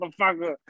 motherfucker